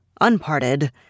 unparted